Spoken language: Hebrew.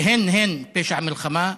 שהן-הן פשע מלחמה,